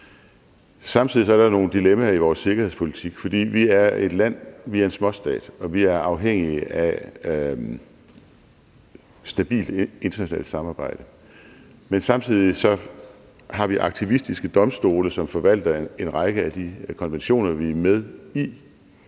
Samtidig er der nogle dilemmaer i vores sikkerhedspolitik, fordi vi er en småstat og vi er afhængige af stabilt internationalt samarbejde. Men samtidig har vi aktivistiske domstole, som forvalter en række af de konventioner, vi er med i.